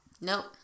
Nope